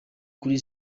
kuri